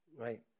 right